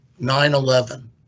9-11